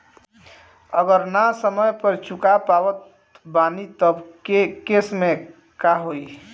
अगर ना समय पर चुका पावत बानी तब के केसमे का होई?